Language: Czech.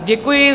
Děkuji.